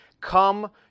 Come